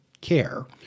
care